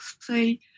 say